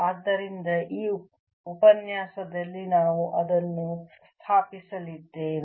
ಆದ್ದರಿಂದ ಈ ಉಪನ್ಯಾಸದಲ್ಲಿ ನಾವು ಅದನ್ನು ಸ್ಥಾಪಿಸಲಿದ್ದೇವೆ